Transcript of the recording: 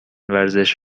ورزش